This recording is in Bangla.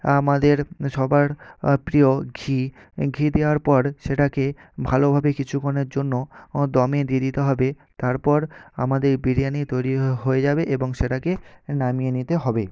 আমাদের সবার প্রিয় ঘি ঘি দেওয়ার পর সেটাকে ভালোভাবে কিছুক্ষণের জন্য ও দমে দিয়ে দিতে হবে তারপর আমাদের বিরিয়ানি তৈরি হয়ে যাবে এবং সেটাকে নামিয়ে নিতে হবে